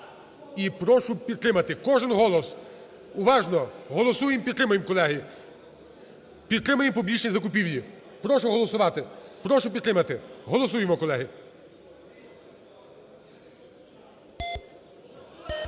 і прошу підтримати. Кожен голос, уважно, голосуємо, підтримаємо, колеги. Підтримаємо публічні закупівлі, прошу голосувати, прошу підтримати. Голосуємо, колеги.